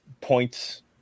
points